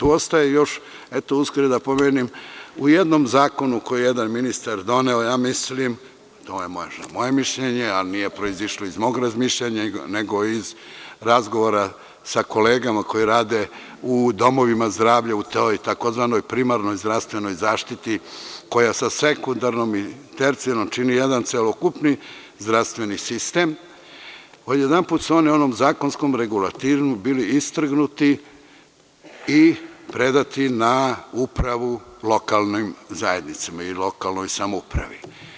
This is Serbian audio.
U jednom zakonu koji je jedan ministar doneo, ja mislim, to je moje mišljenje, a nije proizišlo iz mog razmišljanja, nego iz razgovora sa kolegama koje rade u domovima zdravlja, u toj tzv. primarnoj zdravstvenoj zaštiti koja sa sekundarnom i tercijalnom čini celokupni zdravstveni sistem, odjedanput su oni onom zakonskom regulativom bili istrgnuti i predati na upravu lokalnim zajednicama ili lokalnoj samoupravi.